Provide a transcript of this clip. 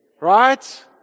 Right